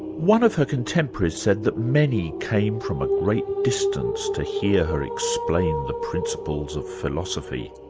one of her contemporaries said that many came from a great distance to hear her explain the principles of philosophy,